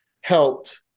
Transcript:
helped